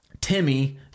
Timmy